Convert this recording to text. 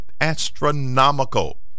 astronomical